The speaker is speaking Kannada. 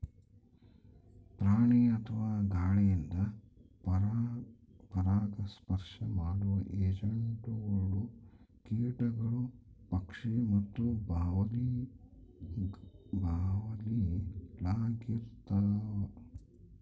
ಪ್ರಾಣಿ ಅಥವಾ ಗಾಳಿಯಿಂದ ಪರಾಗಸ್ಪರ್ಶ ಮಾಡುವ ಏಜೆಂಟ್ಗಳು ಕೀಟಗಳು ಪಕ್ಷಿ ಮತ್ತು ಬಾವಲಿಳಾಗಿರ್ತವ